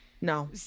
no